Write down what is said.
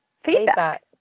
feedback